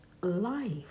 life